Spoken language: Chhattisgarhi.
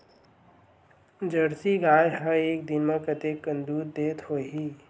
जर्सी गाय ह एक दिन म कतेकन दूध देत होही?